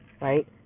right